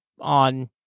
on